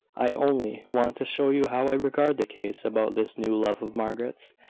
i only want to show you how i regard the case about this new love of margaret's.